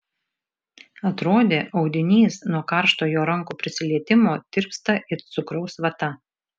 atrodė audinys nuo karšto jo rankų prisilietimo tirpsta it cukraus vata